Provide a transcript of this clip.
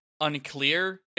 unclear